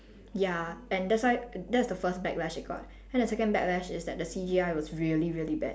ya and that's why that's the first backlash it got then the second backlash is that the C_G_I was really really bad